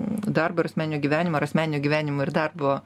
darbo ir asmeninio gyvenimo ar asmeninio gyvenimo ir darbo